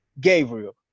Gabriel